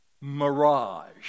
Mirage